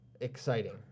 Exciting